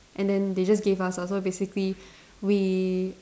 and then they just gave us ah so basically we